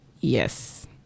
Yes